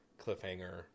cliffhanger